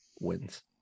wins